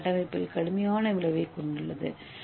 ஏவின் கட்டமைப்பில் கடுமையான விளைவைக் கொண்டுள்ளது